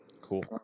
cool